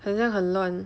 很像很乱